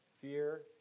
fear